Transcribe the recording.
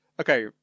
Okay